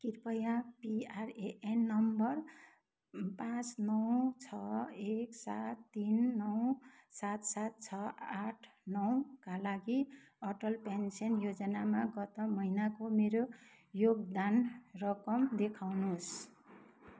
कृपया PRAN number पाँच नौ छ एक सात तिन नौ सात सात छ आठ नौ का लागि अटल पेन्सन योजनामा गत महिनाको मेरो योगदान रकम देखाउनुहोस्